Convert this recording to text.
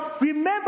remember